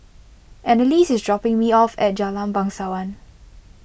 Annalise is dropping me off at Jalan Bangsawan